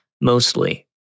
mostly